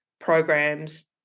programs